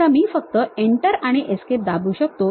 आता मी फक्त Enter आणि Escape दाबू शकतो